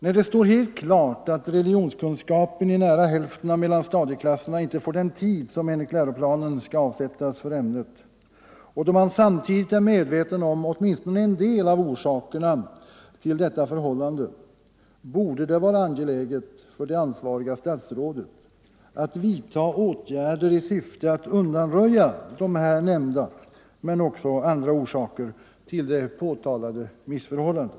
När det står helt klart att religionskunskapen i nära hälften av mellanstadieklasserna inte får den tid som enligt läroplanen skall avsättas för ämnet och då man samtidigt är medveten om åtminstone en del av orsakerna till detta förhållande, borde det vara angeläget för det ansvariga statsrådet att vidta åtgärder i syfte att undanröja här nämnda men också andra orsaker till det påtalade missförhållandet.